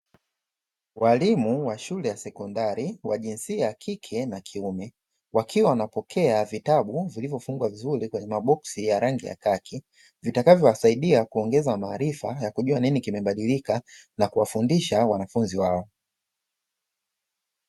Walimu wa shule ya sekondari wa jinsia ya kike na kiume, wakiwa wanapokea vitabu vilivyofungwa vizuri kwenye maboksi ya rangi ya kaki, vitakavyo wasaidia kuongeza maarifa ya kujua nini kimebadilika na kuwafundisha wanafunzi wao.